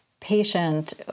patient